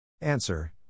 Answer